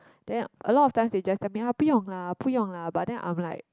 then a lot of times they just tell me ah 不用 lah 不用 lah but then I'm like